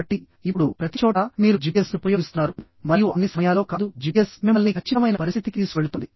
కాబట్టి ఇప్పుడు ప్రతిచోటా మీరు జిపిఎస్ను ఉపయోగిస్తున్నారు మరియు అన్ని సమయాల్లో కాదు జిపిఎస్ మిమ్మల్ని ఖచ్చితమైన పరిస్థితికి తీసుకువెళుతోంది